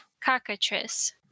cockatrice